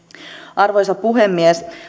arvoisa puhemies